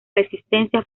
resistencia